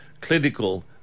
clinical